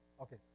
Okay